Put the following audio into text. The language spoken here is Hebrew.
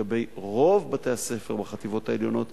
לגבי רוב בתי-הספר בחטיבות העליונות